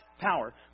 power